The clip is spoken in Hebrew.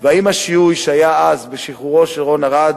והאם השיהוי שהיה אז בשחרורו של רון ארד,